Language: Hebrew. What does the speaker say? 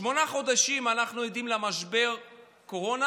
שמונה חודשים אנחנו עדים למשבר הקורונה